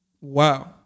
Wow